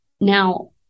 Now